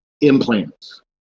implants